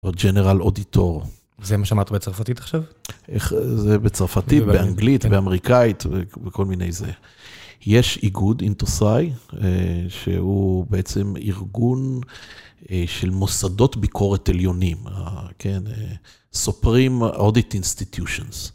או ג'נרל אודיטור. זה מה שמעת בצרפתית עכשיו? זה בצרפתית, באנגלית, באמריקאית וכל מיני זה. יש איגוד, אינטוסאי, שהוא בעצם ארגון של מוסדות ביקורת עליונים, סופרים audit institutions.